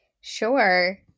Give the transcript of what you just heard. Sure